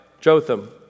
Jotham